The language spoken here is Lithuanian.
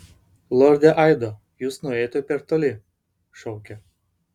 lorde aido jūs nuėjote per toli šaukė